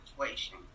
situation